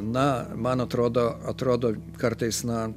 na man atrodo atrodo kartais na